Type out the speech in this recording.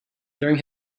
during